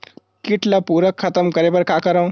कीट ला पूरा खतम करे बर का करवं?